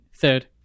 third